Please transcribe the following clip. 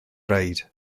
raid